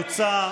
יוּצָא.